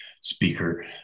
speaker